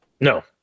no